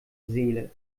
seele